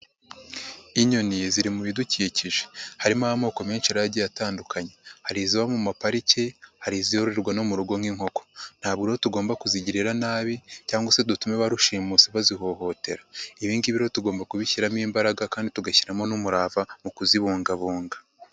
Inyoni ziri mu bidukikije, harimo amoko menshi rero agiye atandukanye, hari iziba mu mapariki, hari izirorerwa no mu rugo nk'inkoko, ntabwo rero tugomba kuzigirira nabi cyangwa se dutume ba rushimusi bazihohotera, ibingibi rero tugomba kubishyiramo imbaraga kandi tugashyiramo n'umurava mu kuzibungabunga.